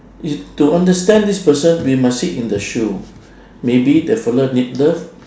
if to understand this person we must sit in the shoe maybe the fella need love